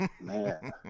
man